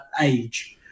age